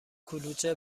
کلوچه